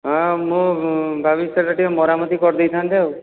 ହଁ ମୁଁ ଭାବିଛି ସେଇଟା ଟିକିଏ ମରାମତି କରିଦେଇଥାନ୍ତେ ଆଉ